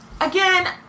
Again